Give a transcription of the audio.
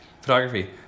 Photography